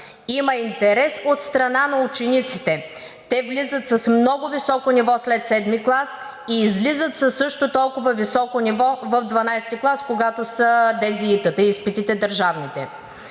Има интерес от страна на учениците, те влизат с много високо ниво след 7 клас и излизат със също толкова високо ниво в 12 клас, когато са държавните